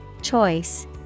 Choice